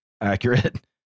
accurate